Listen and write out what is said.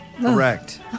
Correct